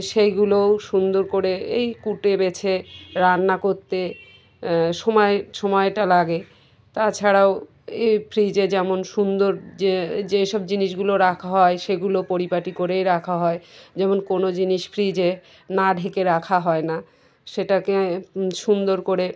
সেইগুলোও সুন্দর করে এই কুটে বেছে রান্না করতে সময় সময়টা লাগে তা ছাড়াও এই ফ্রিজে যেমন সুন্দর যে যে সব জিনিসগুলো রাখা হয় সেগুলো পরিপাটি করেই রাখা হয় যেমন কোনো জিনিস ফ্রিজে না ঢেকে রাখা হয় না সেটাকে